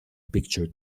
picture